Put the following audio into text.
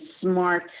smart